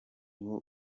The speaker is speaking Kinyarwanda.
bwo